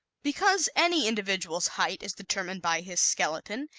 because any individual's height is determined by his skeleton,